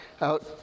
out